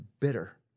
bitter